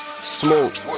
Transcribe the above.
Smoke